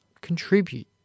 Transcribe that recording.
contribute